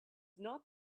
not